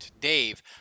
Dave